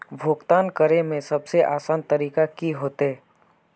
भुगतान करे में सबसे आसान तरीका की होते?